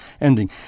ending